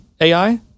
AI